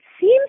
seems